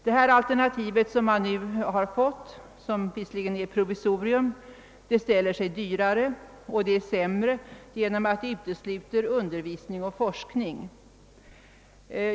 Det alternativ man nu har fått — det är ett provisorium — ställer sig dyrare, och det är sämre genom att det utesluter undervisning och forskning.